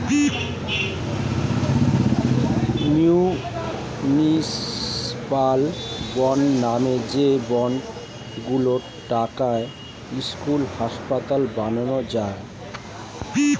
municipal bond মানে যে bond গুলোর টাকায় স্কুল, হাসপাতাল বানানো যায়